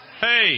Hey